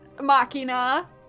Machina